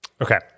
okay